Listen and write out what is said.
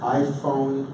iPhone